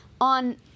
on